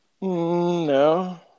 No